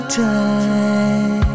time